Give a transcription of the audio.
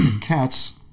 cats